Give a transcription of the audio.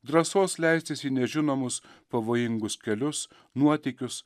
drąsos leistis į nežinomus pavojingus kelius nuotykius